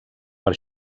per